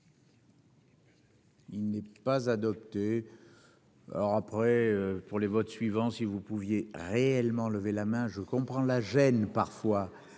Il n'est pas adopté alors après pour les votes suivant : si vous pouviez réellement levé la main, je comprends la gêne parfois